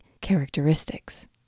characteristics